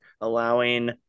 allowing